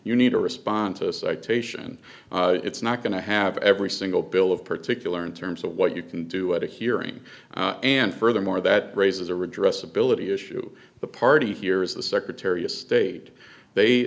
you need to respond to a citation it's not going to have every single bill of particular in terms of what you can do at a hearing and furthermore that raises a redress ability issue the party here is the secretary of state they